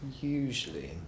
Usually